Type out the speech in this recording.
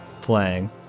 playing